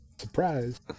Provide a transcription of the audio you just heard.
surprise